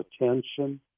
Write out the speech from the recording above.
attention